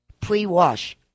pre-wash